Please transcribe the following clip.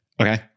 Okay